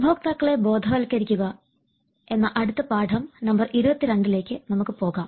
ഉപഭോക്താക്കളെ ബോധവൽക്കരിക്കുക എന്ന അടുത്ത പാഠം നമ്പർ 22ലേക്ക് നമുക്ക് പോകാം